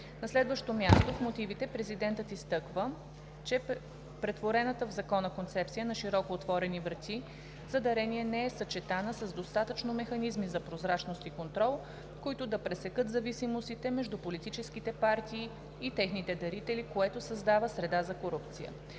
На следващо място, в мотивите президентът изтъква, че претворената в Закона концепция на „широко отворени врати“ за дарения не е съчетана с достатъчно механизми за прозрачност и контрол, които да пресекат зависимостите между политическите партии и техните дарители, което създава среда за корупция.